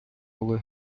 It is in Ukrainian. зараз